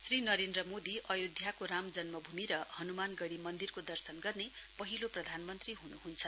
श्री नरेन्द्र मोदी आयोध्याको राम जन्मभूमि र हनुमानगढी मन्दिरको दर्शन गर्ने पहिलो प्रधानमन्त्री हुनुहुन्छ